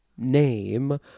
name